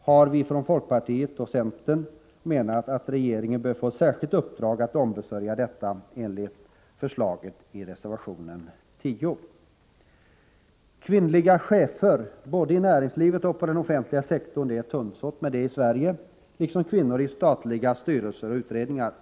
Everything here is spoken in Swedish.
har vi från folkpartiet och centern anfört att regeringen bör få ett särskilt uppdrag att ombesörja detta enligt förslaget i reservation 10. Kvinnliga chefer, både i näringslivet och inom den offentliga sektorn, är det tunnsått med i Sverige, liksom kvinnliga ledamöter i statliga styrelser och utredningar.